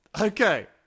Okay